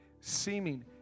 Seeming